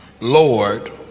Lord